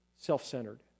self-centered